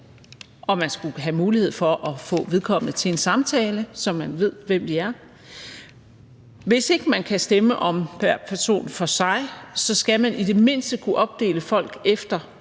og man skulle have mulighed for at få vedkommende til en samtale, så man ved, hvem de er. Hvis ikke man kan stemme om hver person for sig, skal man i det mindste kunne opdele folk efter